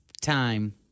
time